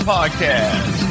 Podcast